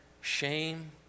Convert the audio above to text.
shame